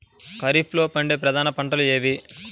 ఖరీఫ్లో పండే ప్రధాన పంటలు ఏవి?